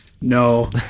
no